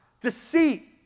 deceit